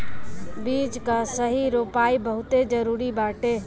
बीज कअ सही रोपाई बहुते जरुरी बाटे